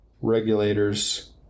regulators